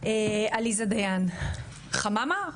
עליזה דיין חממה.